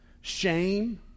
shame